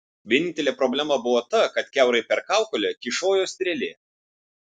vienintelė problema buvo ta kad kiaurai per kaukolę kyšojo strėlė